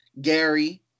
Gary